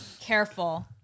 careful